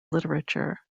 literature